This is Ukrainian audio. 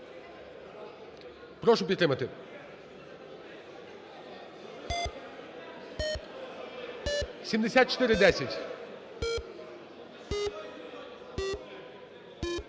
Прошу підтримати 7410.